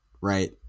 right